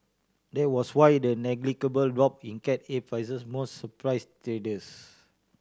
that was why the negligible drop in Cat A prices most surprise traders